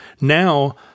Now